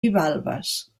bivalves